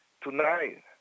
tonight